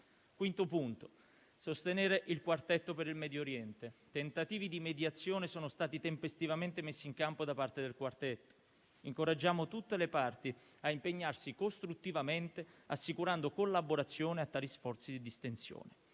Quinto punto: sostenere il Quartetto per il Medio Oriente. Tentativi di mediazione sono stati tempestivamente messi in campo da parte del Quartetto. Incoraggiamo tutte le parti a impegnarsi costruttivamente assicurando collaborazione a tali sforzi di distensione.